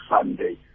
Sunday